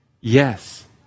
Yes